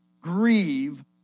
grieve